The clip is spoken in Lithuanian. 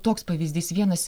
toks pavyzdys vienas